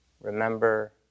Remember